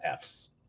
Fs